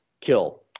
kill